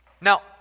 Now